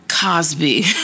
Cosby